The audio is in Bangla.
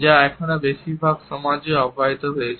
যা এখনও বেশিরভাগ সমাজে অব্যাহত রয়েছে